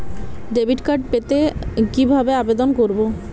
Debit card পেতে কি ভাবে আবেদন করব?